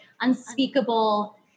unspeakable